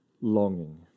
longing